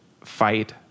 fight